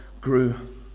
grew